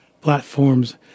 platforms